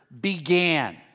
began